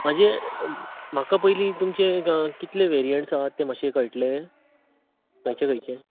म्हाजेर म्हाका पयलीं तुमचे कितले वेरीयंट्स आसा तें मातशें कळटलें खंयचे खंयचे